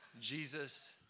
Jesus